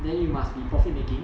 then you must be profit making